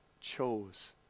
chose